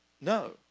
No